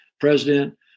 president